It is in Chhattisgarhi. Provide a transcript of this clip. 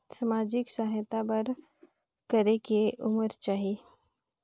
समाजिक सहायता बर करेके उमर चाही?